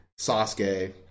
Sasuke